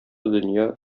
дөнья